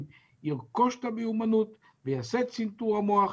ירכוש את המיומנות ויעשה צנתור מוח.